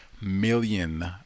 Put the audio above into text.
million